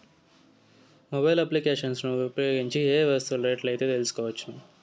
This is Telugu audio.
మొబైల్ అప్లికేషన్స్ ను ఉపయోగించి ఏ ఏ వస్తువులు రేట్లు తెలుసుకోవచ్చును?